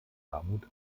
armut